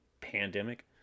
pandemic